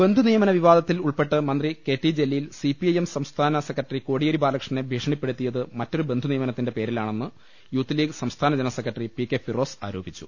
ബന്ധുനിയമന വിവാദത്തിൽ ഉൾപ്പെട്ട് മന്ത്രി കെ ടി ജലീൽ സിപിഐഎം സംസ്ഥാന സെക്രട്ടറി കോടിയേരി ബാലകൃ ഷ്ണനെ ഭീഷണിപ്പെടുത്തിയത് മറ്റൊരു ബന്ധു നിയമനത്തിന്റെ പേരിലാണെന്ന് യൂത്ത് ലീഗ് സംസ്ഥാന general secretary P K Firoz ആരോപിച്ചു